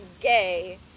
gay